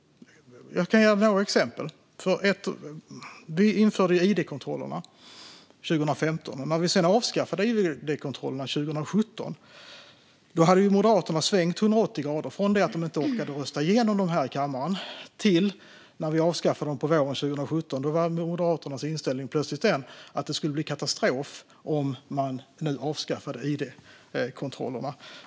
Jag kan ge några exempel. Vi införde id-kontroller 2015. När vi sedan avskaffade id-kontrollerna 2017 hade Moderaterna svängt 180 grader från det att de inte orkade rösta igenom dem här i kammaren. När vi avskaffade dem våren 2017 var Moderaternas inställning plötsligt att det skulle bli katastrof om man avskaffade id-kontrollerna.